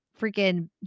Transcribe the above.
freaking